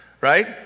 right